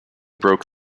broke